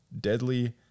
deadly